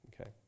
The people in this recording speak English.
okay